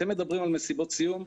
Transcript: אתם מדברים על מסיבות הסיום,